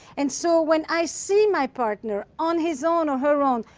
and so, when i see my partner on his own or her own,